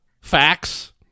facts